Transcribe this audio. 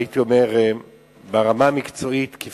ברמה המקצועית אני